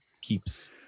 keeps